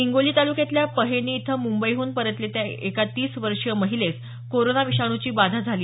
हिंगोली तालुक्यातल्या पहेनी इथं मुंबईहून परतलेल्या एका तीस वर्षीय महिलेस कोरोना विषाणूची बाधा झाली